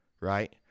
right